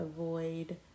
avoid